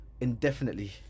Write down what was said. indefinitely